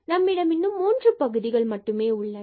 நம்மிடம் இன்னும் மூன்று பகுதிகள் மட்டுமே உள்ளன